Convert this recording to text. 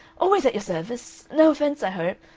always at your service. no offence, i hope.